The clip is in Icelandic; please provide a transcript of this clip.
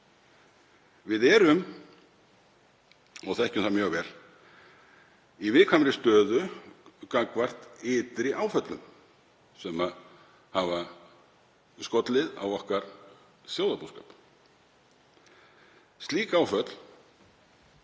Við erum, og þekkjum það mjög vel, í viðkvæmri stöðu gagnvart ytri áföllum sem hafa skollið á okkar þjóðarbúskap. Við